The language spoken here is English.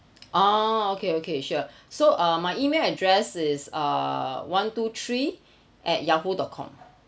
oh okay okay sure so uh my email address is uh one two three at yahoo dot com